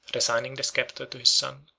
resigning the sceptre to his son,